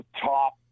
top